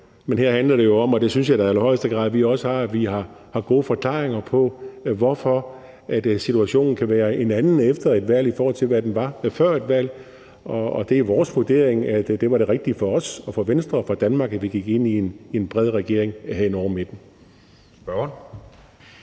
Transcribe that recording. Men her handler det om – og det synes jeg da i allerhøjeste grad også vi har gode forklaringer på – at situationen kan være en anden efter et valg, i forhold til hvad den var før et valg. Og det er vores vurdering, at det var det rigtige for os, for Venstre og for Danmark, at vi gik ind i en bred regering hen over midten.